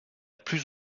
plus